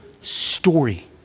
story